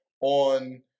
on